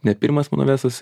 ne pirmas mano verslas